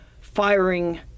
firing